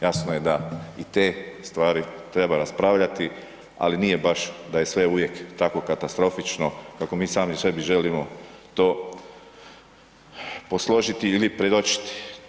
Jasno je da i te stvari treba raspravljati ali nije baš da je sve uvijek tako katastrofično kako mi sami sebi želimo to posložiti ili predočiti.